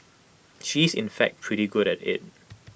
she is in fact pretty good at IT